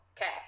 Okay